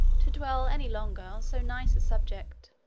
to dwell any longer on so nice a subject.